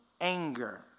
anger